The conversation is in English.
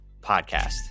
podcast